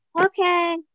Okay